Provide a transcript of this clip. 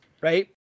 right